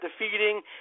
defeating